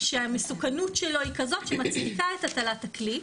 שהמסוכנות שלו היא כזאת שמצדיקה את הטלת הכלי,